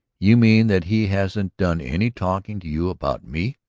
you mean that he hasn't done any talking to you about me?